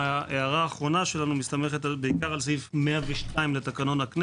השאלה האחרונה שלנו מסתמכת על סעיף 102 לתקנון הכנסת,